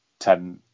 10